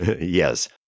Yes